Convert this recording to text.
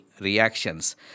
reactions